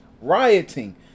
rioting